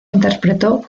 interpretó